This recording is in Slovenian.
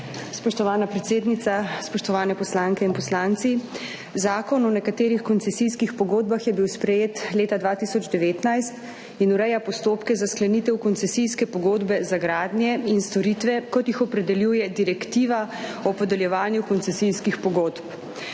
Spoštovana predsednica, spoštovane poslanke in poslanci! Zakon o nekaterih koncesijskih pogodbah je bil sprejet leta 2019 in ureja postopke za sklenitev koncesijske pogodbe za gradnje in storitve, kot jih opredeljuje Direktiva o podeljevanju koncesijskih pogodb.